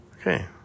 Okay